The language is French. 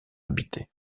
habité